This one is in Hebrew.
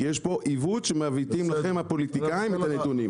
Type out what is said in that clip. כי יש פה עיוות שמעוותים לכם הפוליטיקאים את הנתונים.